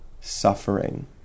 suffering